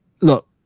look